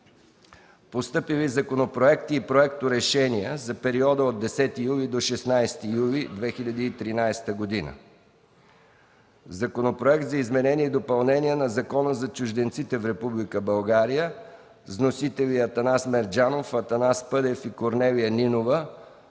постъпилите законопроекти и проекторешения за периода от 10 до 16 юли 2013 г.: Законопроект за изменение и допълнение на Закона за чужденците в Република България. Вносители – Атанас Мерджанов, Атанас Пъдев и Корнелия Нинова.